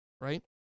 right